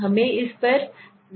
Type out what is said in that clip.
हमें इस पर जाना है